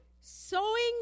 Sowing